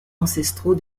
ancestraux